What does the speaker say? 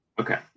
Okay